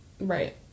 Right